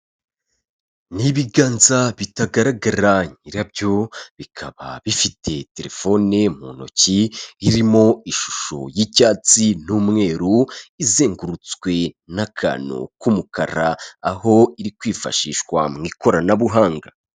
Ni ibiganza bitagaragara nyirabyo, bikaba bifite terefoni mu ntoki irimo ishusho y'icyatsi n'umweru, izengurutswe n'akantu k'umukara, aho iri kwifashishwa mu ikoranabuhanga.